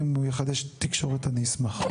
אם נחדש את התקשורת אני אשמח.